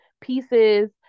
pieces